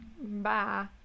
bye